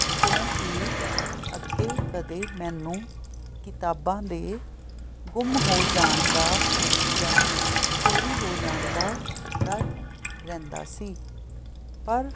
ਕਿਉਂਕਿ ਅੱਗੇ ਕਦੇ ਮੈਨੂੰ ਕਿਤਾਬਾਂ ਦੇ ਗੁੰਮ ਹੋ ਜਾਣ ਦਾ ਜਾਂ ਚੋਰੀ ਹੋ ਜਾਣ ਦਾ ਡਰ ਰਹਿੰਦਾ ਸੀ ਪਰ